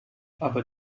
aber